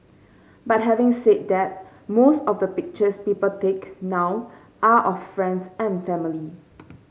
but having said that most of the pictures people take now are of friends and family